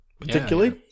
particularly